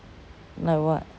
like what